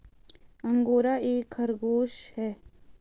angora एक खरगोश है